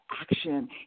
action